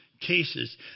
cases